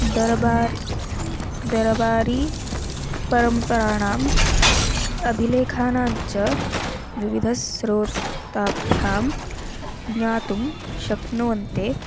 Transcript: दरबार् दरबारी परम्पराणाम् अभिलेखानां च विविध स्रोताभ्यां ज्ञातुं शक्नुवन्ति